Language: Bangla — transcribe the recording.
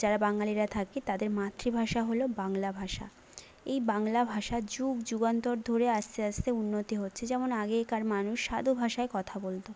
যারা বাঙালিরা থাকি তাদের মাতৃভাষা হলো বাংলা ভাষা এই বাংলা ভাষা যুগ যুগান্তর ধরে আস্তে আস্তে উন্নতি হচ্ছে যেমন আগেকার মানুষ সাধু ভাষায় কথা বলতো